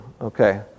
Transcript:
okay